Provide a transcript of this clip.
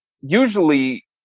Usually